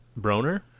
Broner